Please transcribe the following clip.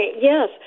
Yes